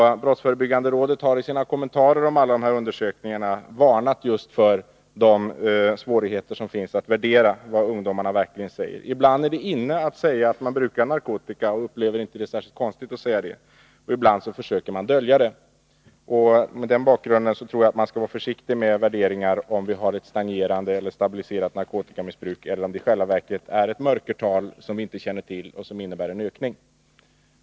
Brottsförebyggande rådet har sina kommentarer till dessa undersökningar varnat just för svårigheterna att värdera vad ungdomarna verkligen säger. Ibland är det ”inne” att säga att man använder narkotika, och man upplever det inte som särskilt konstigt att göra det, men ibland försöker man dölja det verkliga förhållandet. Mot den bakgrunden tror jag att man skall vara försiktig med värderingar av huruvida vi har ett stagnerande eller stabiliserat narkotikamissbruk eller om det i själva verket är ett ”mörkertal”, som vi inte känner till vad det står för och som innebär att vi har en ökning.